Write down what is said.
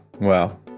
Wow